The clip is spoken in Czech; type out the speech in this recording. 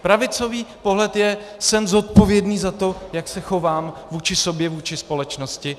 Pravicový pohled je: Jsem zodpovědný za to, jak se chovám vůči sobě, vůči společnosti.